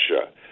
Russia